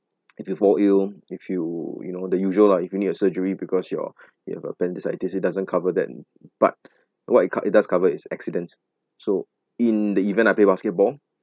if you fall ill if you you know the usual lah if you need a surgery because your you have appendicitis it doesn't cover then but what it co~ what it does covers is accidents so in the event I play basketball